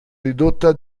ridotta